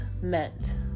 meant